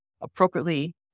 appropriately